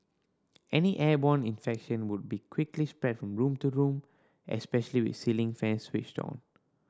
any airborne infection would be quickly spread from room to room especially with ceiling fans switched on